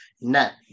net